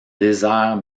désert